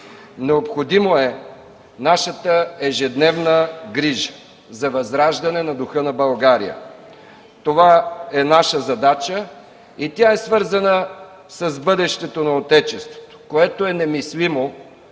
Необходимо е нашата ежедневна грижа за възраждане на духа на България. Това е наша задача и тя е свързана с бъдещето на Отечеството, което е немислимо